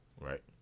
Right